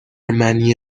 منی